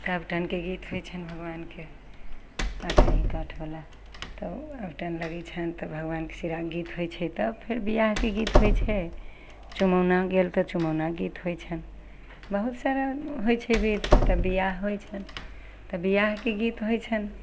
तऽ उबटनके गीत होइ छन्हि भगवानके आठहीं काठवला तऽ उबटन लगय छन्हि तऽ भगवानके शिराके गीत होइ छै तब फेर बियाहके गीत होइ छै चुमाओना गेल तऽ चुमओनाके गीत होइ छन्हि बहुत सारा होइ छै बिध तऽ बियाह होइ छन्हि तऽ बियाहके गीत होइ छन्हि